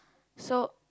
so